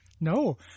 No